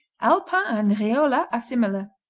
alpin and riola are similar.